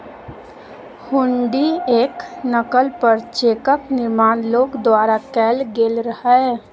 हुंडीयेक नकल पर चेकक निर्माण लोक द्वारा कैल गेल रहय